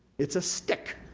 it's a stick,